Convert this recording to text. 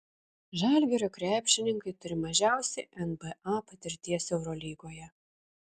žalgirio krepšininkai turi mažiausiai nba patirties eurolygoje